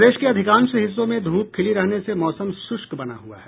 प्रदेश के अधिकांश हिस्सों में धूप खिली रहने से मौसम शुष्क बना हुआ है